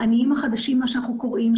העניים החדשים מה שאנחנו קוראים,